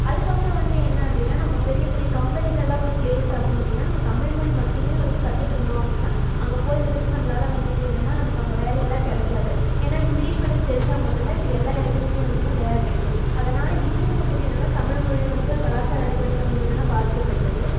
அதுக்கு அப்புறம் வந்து என்ன அப்படின்னா நம்ப பெரிய பெரிய கம்பனிலலாம் போய் பிளேஸ் ஆகணும் அப்படின்னா நம்ப தமிழ் மொழி மட்டுமே வந்துவிட்டு கற்றுட்டு இருந்தோம் அப்படின்னா அங்கே போய் வந்துவிட்டு நம்மளால வந்துவிட்டு என்னென்ன நமக்கு அங்கே வேலையலாம் கிடைக்காது ஏன்னா இங்கிலீஷ் வந்துவிட்டு தெரிஞ்சால் மட்டும் தான் இப்போ எல்லா இடத்துலயுமே வந்துட்டுனா வேலை கிடைக்கும் அதனால் இதுவும் வந்துவிட்டு என்னென்னா தமிழ்மொழி வந்து கலாச்சார அடிப்படையில் வந்து என்னென்னா பாதிக்கபட்டுருக்கு